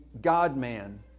God-man